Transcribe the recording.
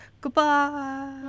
Goodbye